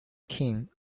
king